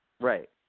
Right